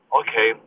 okay